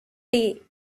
day